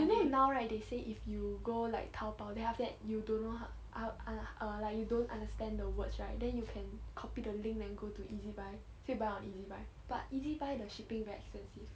you know right they say if you go like 淘宝 then after that you don't know ho~ how err err like you don't understand the words right then you can copy the link then go to Ezbuy so you buy on Ezbuy but Ezbuy the shipping very expensive